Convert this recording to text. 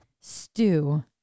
stew